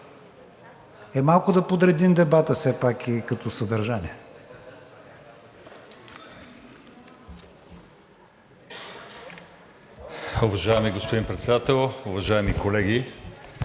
Е, малко да подредим дебата все пак и като съдържание.